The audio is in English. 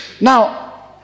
Now